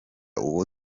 uwo